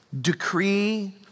decree